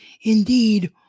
indeed